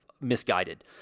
misguided